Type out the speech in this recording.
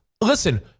Listen